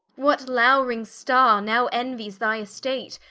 what lowring starre now enuies thy estate?